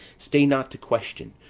stay not to question,